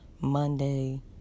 Monday